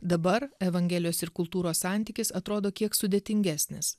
dabar evangelijos ir kultūros santykis atrodo kiek sudėtingesnis